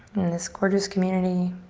in this gorgeous community.